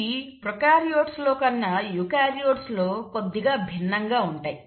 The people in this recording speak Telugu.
ఇవి ప్రోకార్యోట్లు లో కన్నా యూకార్యోట్స్ లో కొద్దిగా భిన్నంగా ఉంటాయి